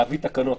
להביא תקנות.